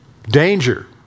Danger